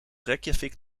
reykjavik